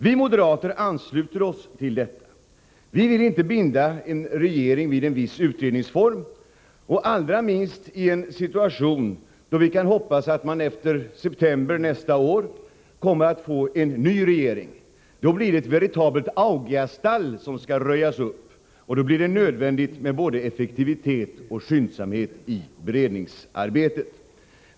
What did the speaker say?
Vi moderater ansluter oss till detta. Vi vill inte binda en regering vid en viss utredningsform — allra minst i en situation då vi kan hoppas att vi efter september nästa år kommer att få en ny regering. Då blir det ett veritabelt augiasstall som skall röjas upp, och då blir det nödvändigt med både effektivitet och skyndsamhet i beredningsarbetet.